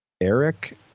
Eric